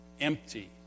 empty